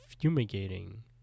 fumigating